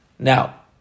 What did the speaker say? Now